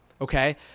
okay